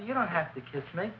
you don't have to kiss me